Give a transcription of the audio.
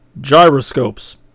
Gyroscopes